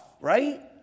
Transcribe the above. right